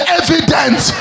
evidence